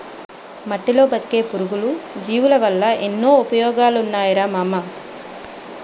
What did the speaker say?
మట్టిలో బతికే పురుగులు, జీవులవల్ల ఎన్నో ఉపయోగాలున్నాయిరా మామా